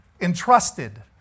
Entrusted